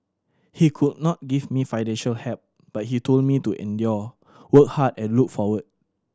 he could not give me financial help but he told me to endure work hard and look forward